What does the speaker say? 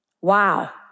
Wow